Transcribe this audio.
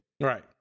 Right